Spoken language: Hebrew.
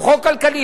הוא חוק כלכלי,